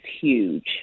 huge